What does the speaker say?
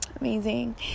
amazing